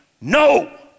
no